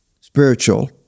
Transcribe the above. spiritual